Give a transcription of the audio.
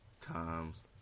times